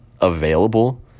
available